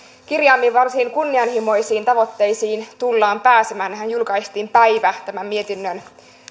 kirjaamiin varsin kunnianhimoisiin tavoitteisiin tullaan pääsemään nehän julkaistiin päivä tämän mietinnön